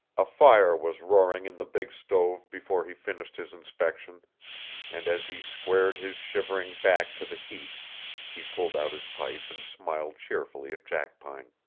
a fire was roaring in the big stove before he finished his inspection and as he squared his shivering back to the heat he pulled out his pipe and smiled cheerfully at jackpine.